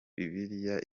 bibiliya